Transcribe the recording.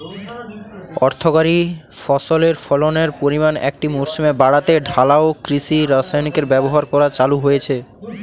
অর্থকরী ফসলের ফলনের পরিমান একটি মরসুমে বাড়াতে ঢালাও কৃষি রাসায়নিকের ব্যবহার করা চালু হয়েছে